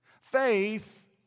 Faith